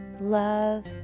Love